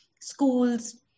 schools